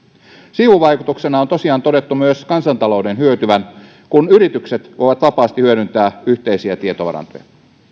sivuvaikutuksena on tosiaan todettu myös kansantalouden hyötyvän kun yritykset voivat vapaasti hyödyntää yhteisiä tietovarantoja